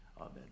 Amen